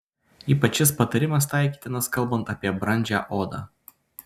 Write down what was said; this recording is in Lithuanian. ypač šis patarimas taikytinas kalbant apie brandžią odą